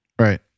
right